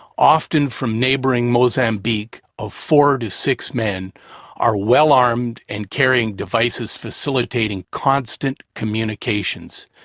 often from neighboring mozambique, of four to six men are well-armed and carrying devices facilitating constant communications.